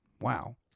Wow